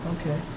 okay